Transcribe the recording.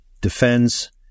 defends